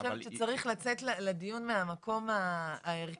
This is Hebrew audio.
אני חושבת שצריך לצאת לדיון מהמקום הערכי,